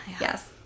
Yes